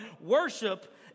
worship